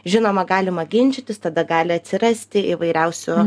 žinoma galima ginčytis tada gali atsirasti įvairiausių